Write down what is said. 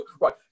Right